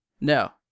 No